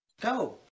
Go